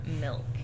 milk